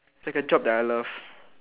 like a job that I love